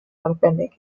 arbennig